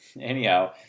Anyhow